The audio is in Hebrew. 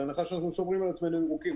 בהנחה שאנחנו שומרים על עצמנו ירוקים.